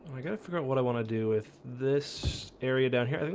i gotta figure out what i want to do with this area down here.